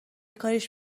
کاریش